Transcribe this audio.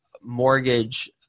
mortgage